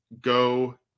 go